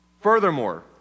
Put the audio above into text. Furthermore